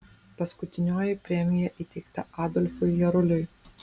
paskutinioji premija įteikta adolfui jaruliui